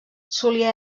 solia